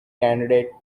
candidate